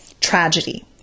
tragedy